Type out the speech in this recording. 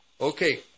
Okay